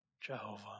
Jehovah